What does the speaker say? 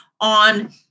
on